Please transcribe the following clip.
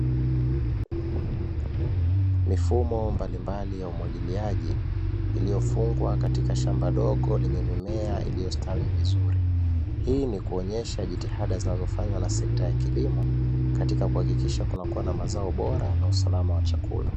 Mifumo mbalimbali ya umwagiliaji iliyofungwa katika shamba dogo lenye mimea iliyostawi vizuri, hii ni kuonesha jitihada zinazofanywa na sekta ya kilimo katika kuhakikisha kunakua na mazao bora na usalama wa chakula.